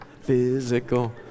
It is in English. physical